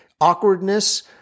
Awkwardness